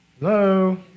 Hello